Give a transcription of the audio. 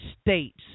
states